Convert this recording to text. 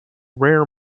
rare